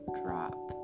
drop